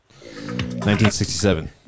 1967